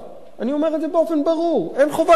אני אומר את זה באופן ברור, אין חובה כלפיו.